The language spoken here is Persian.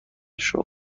شغل